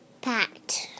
Pat